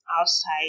outside